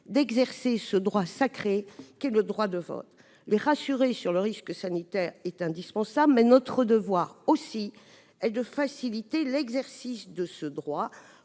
d'exercer ce droit sacré qu'est le droit de vote. Les rassurer sur le risque sanitaire est indispensable, mais notre devoir est aussi de faciliter l'exercice de ce droit